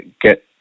get